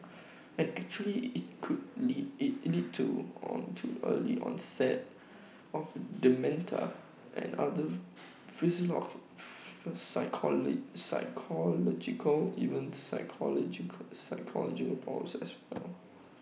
and actually IT could lead IT lead to on to early onset of dementia and other psychological even psychological psychological problems as well